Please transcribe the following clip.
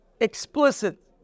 explicit